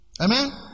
Amen